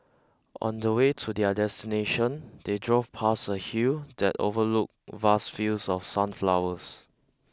on the way to their destination they drove past a hill that overlooked vast fields of sunflowers